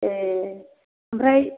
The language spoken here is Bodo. ए ओमफ्राय